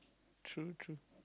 true true